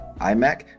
iMac